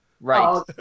Right